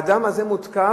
האדם הזה מותקף,